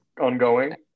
ongoing